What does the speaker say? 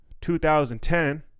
2010